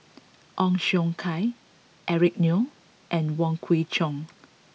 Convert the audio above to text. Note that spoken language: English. Ong Siong Kai Eric Neo and Wong Kwei Cheong